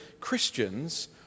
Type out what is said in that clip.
Christians